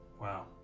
Wow